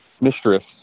mistress